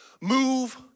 move